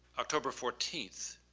october fourteenth.